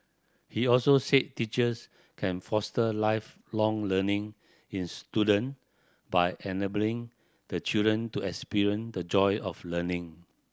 he also said teachers can foster Lifelong Learning in student by enabling the children to experience the joy of learning